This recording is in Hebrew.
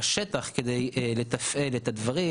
אלא בסופו של יום מדובר בכספי ציבור,